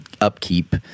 upkeep